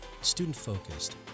student-focused